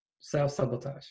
self-sabotage